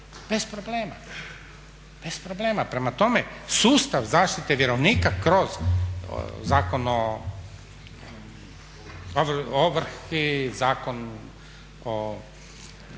bez problema. Prema tome, sustav zaštite vjerovnika kroz Zakon o ovrsi, Zakon o